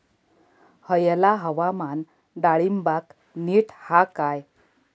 हयला हवामान डाळींबाक नीट हा काय?